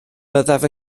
byddaf